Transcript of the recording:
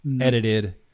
edited